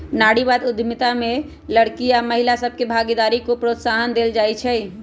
नारीवाद उद्यमिता में लइरकि आऽ महिला सभके भागीदारी को प्रोत्साहन देल जाइ छइ